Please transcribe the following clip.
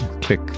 click